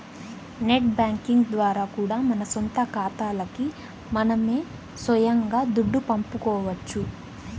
net banking ద్వారా కూడా మన సొంత కాతాలకి మనమే సొయంగా దుడ్డు పంపుకోవచ్చు